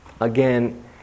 again